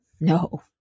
no